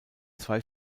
zwei